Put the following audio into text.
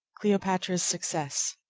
cleopatra's success